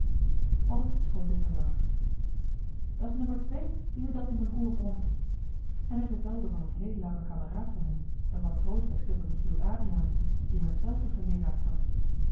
paddeltje schoot in den lach dat's nummer twee die me dat in m'n oor bromt en hij vertelde van een heel langen kameraad van hem een matroos bij schipper michiel adriaensen die hem t zelfde geleeraard had